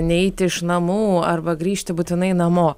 neiti iš namų arba grįžti būtinai namo